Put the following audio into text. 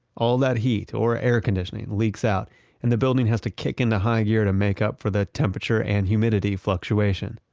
all that heat or air conditioning leaks out and the building has to kick in the high gear to make up for that temperature and humidity fluctuation.